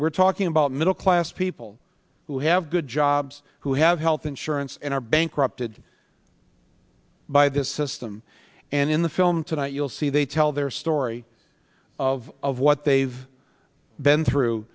we're talking about middle class people who have good jobs who have health insurance and are bankrupted by this system and in the film tonight you'll see they tell their story of of what they've been through